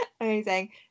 amazing